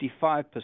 55